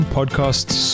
podcasts